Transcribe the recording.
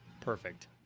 Perfect